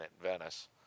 Venice